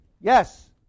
Yes